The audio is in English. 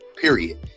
period